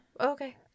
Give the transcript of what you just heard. okay